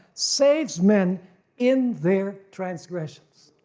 saves men in their transgressions.